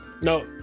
No